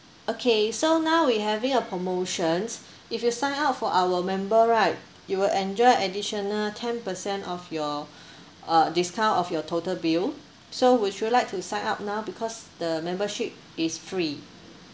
okay so now we having a promotions if you sign up for our member right you will enjoy additional ten percent of your uh discount off your total bill so would you like to sign up now because the membership is free